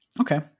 Okay